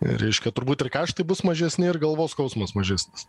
reiškia turbūt ir kaštai bus mažesni ir galvos skausmas mažesnis